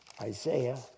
Isaiah